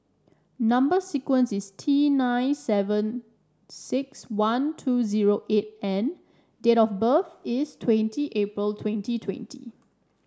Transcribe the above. number sequence is T nine seven six one two zero eight N date of birth is twenty April twenty twenty